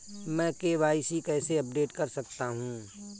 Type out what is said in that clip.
मैं के.वाई.सी कैसे अपडेट कर सकता हूं?